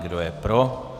Kdo je pro.